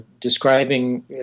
describing